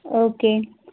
okay